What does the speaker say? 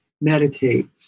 meditate